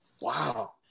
Wow